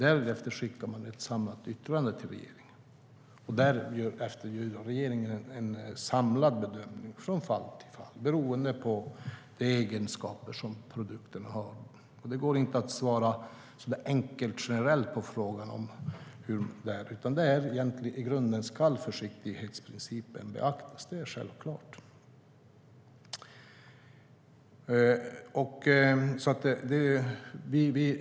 Sedan skickar man ett samlat yttrande till regeringen. Därefter gör regeringen en samlad bedömning från fall till fall beroende på de egenskaper produkten har. Det går inte att svara enkelt och generellt på frågan hur det är. I grunden ska försiktighetsprincipen beaktas. Det är självklart.